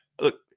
look